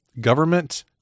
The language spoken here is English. government